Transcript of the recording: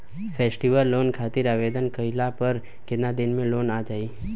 Festival loan खातिर आवेदन कईला पर केतना दिन मे लोन आ जाई?